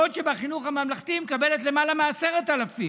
בעוד בחינוך הממלכתי היא מקבלת למעלה מ-10,000.